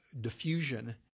diffusion